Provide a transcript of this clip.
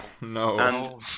No